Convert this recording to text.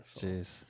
Jeez